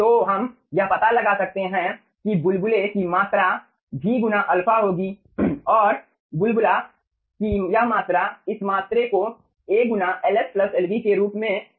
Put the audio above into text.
तो हम यह पता लगा सकते हैं कि बुलबुले की मात्रा v गुना अल्फा होगी और बुलबुले की यह मात्रा इस मात्रा को A गुना Ls Lb के रूप में लिखा जा सकता है